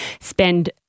spend